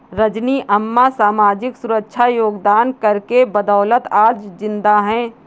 रजनी अम्मा सामाजिक सुरक्षा योगदान कर के बदौलत आज जिंदा है